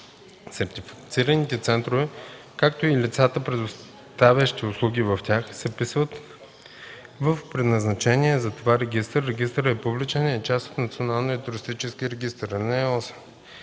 Сертифицираните центрове, както и лицата, предоставящи услуги в тях, се вписват в предназначения за това регистър. Регистърът е публичен и е част от Националния туристически регистър.